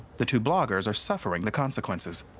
the two bloggers are suffering the consequences.